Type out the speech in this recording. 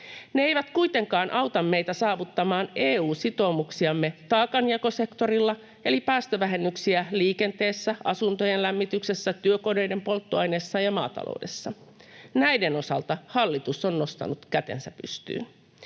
Ne eivät kuitenkaan auta meitä saavuttamaan EU-sitoumuksiamme taakanjakosektorilla eli päästövähennyksiä liikenteessä, asuntojen lämmityksessä, työkoneiden polttoaineissa ja maataloudessa. Näiden osalta hallitus on nostanut kätensä pystyyn.